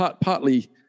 partly